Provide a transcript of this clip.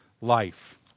life